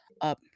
up